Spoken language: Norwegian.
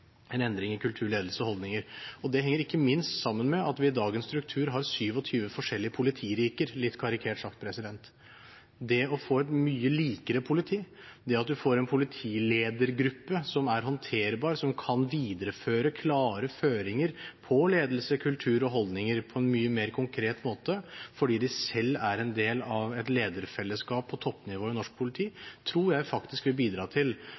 en endring i kultur, ledelse og holdninger. Det henger ikke minst sammen med at vi i dagens struktur har 27 forskjellige politiriker – litt karikert sagt. Det å få et mye likere politi, det at man får en politiledergruppe som er håndterbar, som kan videreføre klare føringer på ledelse, kultur og holdninger på en mye mer konkret måte, fordi de selv er en del av et lederfellesskap på toppnivå i norsk politi, tror jeg faktisk vil bidra til